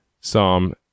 Psalm